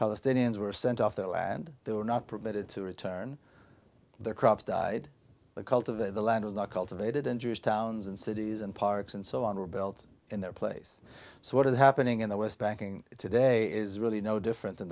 palestinians were sent off their land they were not permitted to return their crops died the cult of the land was not cultivated injures towns and cities and parks and so on were built in their place so what is happening in the west banking today is really no different than